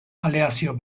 aleazio